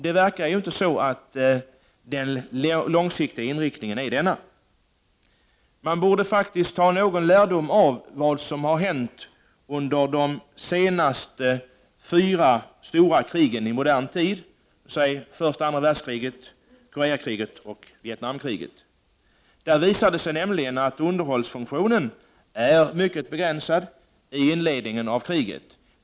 Det verkar inte som om den långsiktiga inriktningen är denna. Man borde faktiskt ta någon lärdom av vad som har hänt under de senaste fyra stora krigen i modern tid, dvs. första och andra världskriget, Koreakriget och Vietnamkriget. I dessa krig visade det sig nämligen att underhållsfunktionen är mycket begränsad i början av kriget.